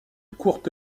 courte